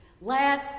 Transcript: Let